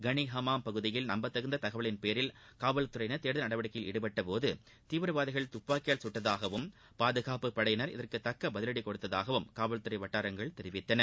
கணி ஹம்மாம் பகுதியில் நம்பத்தகுந்த தகவலின் பேரில் காவல்துறையினர் தேடுதல் நடவடிக்கையில் ஈடுபட்டபோது தீவிரவாதிகள் துப்பாக்கியால் கட்டதாகவும் பாதுகாப்புப்படையினர் இதற்கு தக்க பதிவடி கொடுத்ததாகவும் காவல்துறை வட்டாரங்கள் தெரிவித்தன